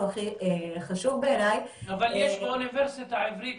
אבל יש באוניברסיטה העברית,